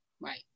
right